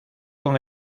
con